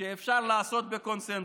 שאפשר לעשות בקונסנזוס.